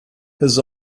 his